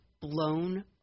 blown